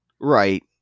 Right